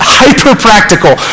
hyper-practical